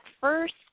first